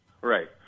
Right